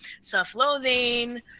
self-loathing